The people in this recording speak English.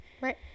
Right